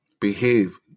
behave